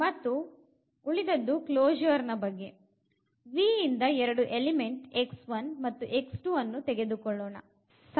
ಮತ್ತು ಕ್ಲೊಶೂರ್ ಬಗ್ಗೆV ಇಂದ ಎರಡು ಎಲಿಮೆಂಟ್ ಮತ್ತು ತೆಗೆದುಕೊಳ್ಳೋಣ